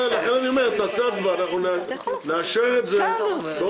תעשה הצבעה נאשר את זה.